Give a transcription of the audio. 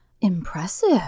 impressive